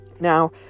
Now